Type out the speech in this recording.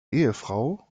ehefrau